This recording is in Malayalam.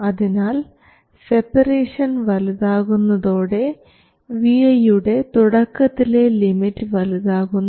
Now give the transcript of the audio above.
അതിനാൽ സെപ്പറേഷൻ വലുതാകുന്നതോടെ vi യുടെ തുടക്കത്തിലെ ലിമിറ്റ് വലുതാകുന്നു